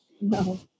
No